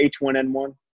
H1N1